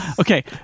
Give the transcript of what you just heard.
Okay